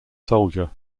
soldier